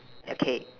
okay